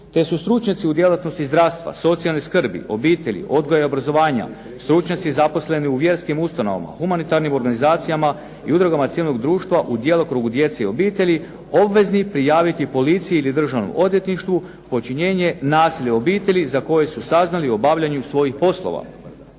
te su stručnjaci u djelatnosti zdravstva, socijalne skrbi, obitelji, odgoja i obrazovanja, stručnjaci zaposleni u vjerskim ustanovama, humanitarnim organizacijama i udrugama civilnog društva u djelokrugu djece i obitelji obvezni prijaviti policiji ili Državnom odvjetništvu počinjenje nasilja u obitelji za koje su saznali obavljanjem svojih poslova.